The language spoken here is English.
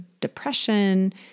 depression